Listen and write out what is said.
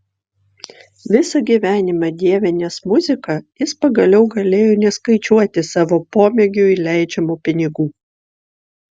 visą gyvenimą dievinęs muziką jis pagaliau galėjo neskaičiuoti savo pomėgiui leidžiamų pinigų